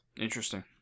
Interesting